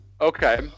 okay